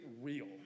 real